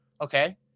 Okay